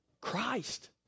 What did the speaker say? Christ